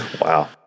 Wow